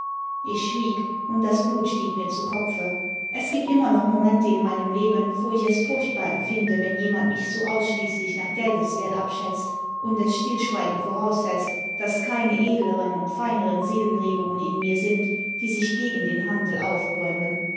ich schwieg und das blut stieg mlr zu kopfe es gibt immer noch momente in meinem leben wo ich es furchtbar empfinde wenn jemand mich so ausschließlich nach geldeswert abschätzt und es stillschweigend voraussetzt daß keine edleren und feineren seelenxegungen in mir sind die sich gegen den handel aufbäumen